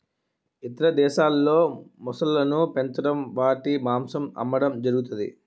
ఇతర దేశాల్లో మొసళ్ళను పెంచడం వాటి మాంసం అమ్మడం జరుగుతది